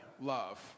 love